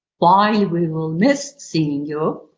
while we will miss seeing you,